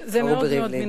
מרובי ריבלין.